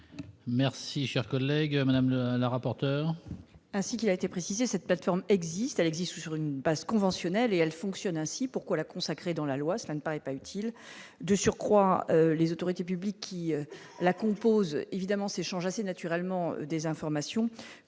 Merci, cher collègue Madame la la rapporteure. Ainsi qu'il a été précisé cette plateforme existe, elle existe sur une base conventionnelle, et elle fonctionne ainsi, pourquoi la consacrer dans la loi, ça ne paraît pas utile de surcroît, les autorités publiques qui la composent, évidemment c'est change assez naturellement des informations